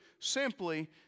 simply